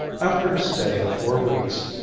after a stay of four weeks,